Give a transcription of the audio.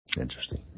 Interesting